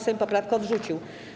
Sejm poprawkę odrzucił.